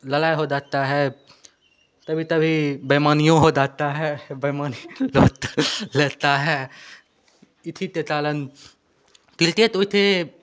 लड़ाई हो जाता है कभी कभी बेइमानियाँ हो जाती हैं बेइमानी तो लेता है इसी के कारण तिलतेट वैसे